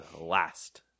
last